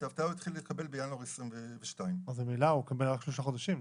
את האבטלה הוא התחיל לקבל בינואר 2022. אז ממילא הוא מקבל רק שלושה חודשים,